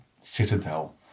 citadel